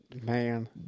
Man